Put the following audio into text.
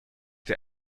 der